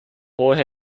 jorge